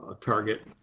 target